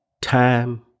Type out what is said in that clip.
time